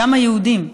גם היהודיים,